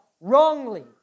wrongly